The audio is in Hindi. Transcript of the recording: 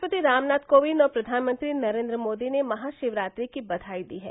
राष्ट्रपति रामनाथ कोविन्द और प्रधानमंत्री नरेन्द्र मोदी ने महाशिवरात्रि की बघाई दी है